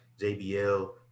jbl